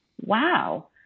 wow